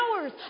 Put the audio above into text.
hours